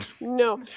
No